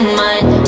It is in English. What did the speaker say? mind